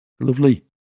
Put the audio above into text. Lovely